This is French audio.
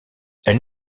elle